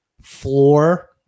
floor